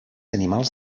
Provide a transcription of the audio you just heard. animals